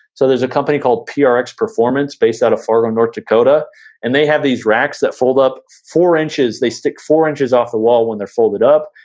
so there's a company called prx performance based out of fargo, north dakota and they have these racks that fold up four inches, they stick four inches off the wall when they're folded up.